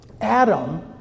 Adam